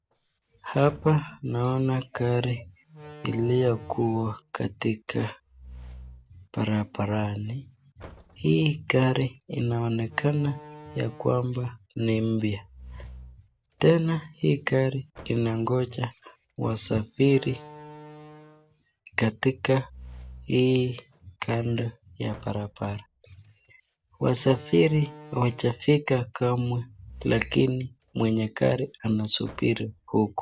Hapa naona gari iliyokuwa katika barabarani, hii gari inaonekana ya kwamba ni mpya, tena hii gari inangoja wasafiri katika hii kando ya barabara, wasafiri hawajafika kamwe lakini mwenye gari anasubiri huku.